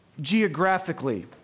geographically